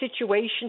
situation